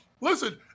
Listen